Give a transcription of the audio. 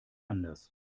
anders